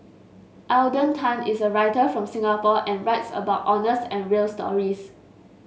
Alden Tan is a writer from Singapore and writes about honest and real stories